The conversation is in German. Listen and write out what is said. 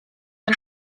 den